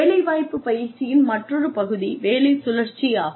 வேலைவாய்ப்பு பயிற்சியின் மற்றொரு பகுதி வேலை சுழற்சி ஆகும்